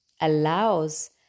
allows